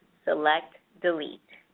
select delete.